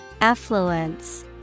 Affluence